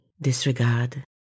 disregard